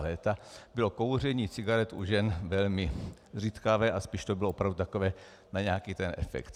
léta, bylo kouření cigaret u žen velmi zřídkavé a spíš to bylo takové spíš na nějaký ten efekt.